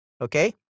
Okay